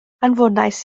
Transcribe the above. anfonais